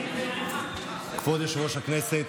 כבוד יושב-ראש הכנסת,